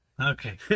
Okay